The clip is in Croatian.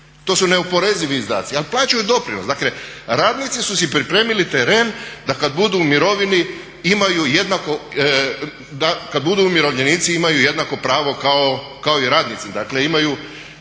to su neoporezivi izdaci ali plaćaju doprinos. Dakle radnici su si pripremili teren da kada budu u mirovini imaju jednako, da kada budu